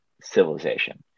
civilization